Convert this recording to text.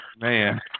Man